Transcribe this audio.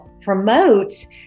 promotes